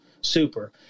super